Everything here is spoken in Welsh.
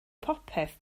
popeth